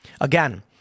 Again